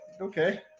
Okay